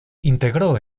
integró